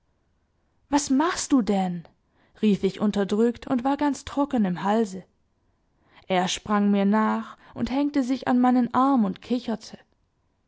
was machst du denn rief ich unterdrückt und war ganz trocken im halse er sprang mir nach und hängte sich an meinen arm und kicherte